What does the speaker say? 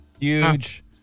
Huge